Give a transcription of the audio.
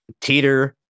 teeter